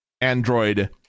Android